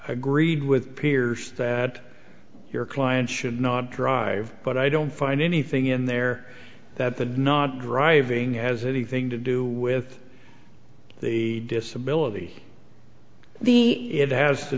agreed with peers that your client should not drive but i don't find anything in there that the not driving as anything to do with the disability the it has to